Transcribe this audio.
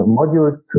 modules